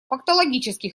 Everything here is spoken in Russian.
фактологический